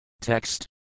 Text